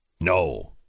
No